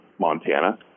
montana